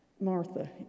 Martha